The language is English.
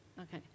Okay